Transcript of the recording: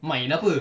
main apa